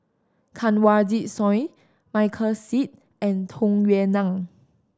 Kanwaljit Soin Michael Seet and Tung Yue Nang